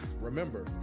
remember